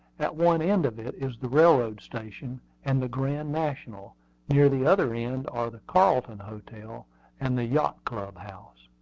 at one end of it is the railroad station and the grand national near the other end are the carlton hotel and the yacht club house.